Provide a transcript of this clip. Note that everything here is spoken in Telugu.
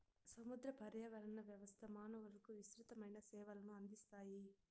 సముద్ర పర్యావరణ వ్యవస్థ మానవులకు విసృతమైన సేవలను అందిస్తాయి